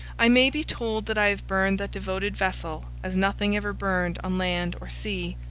i may be told that i have burned that devoted vessel as nothing ever burned on land or sea.